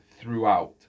throughout